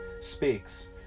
speaks